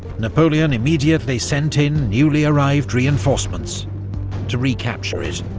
napoleon immediately sent in newly-arrived reinforcements to recapture it.